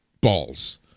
balls